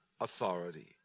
authority